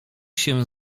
się